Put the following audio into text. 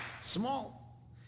Small